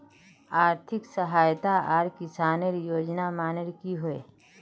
आर्थिक सहायता आर किसानेर योजना माने की होय?